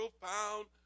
profound